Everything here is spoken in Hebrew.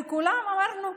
אמרנו,